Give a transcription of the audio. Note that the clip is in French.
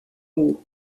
haut